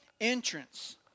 entrance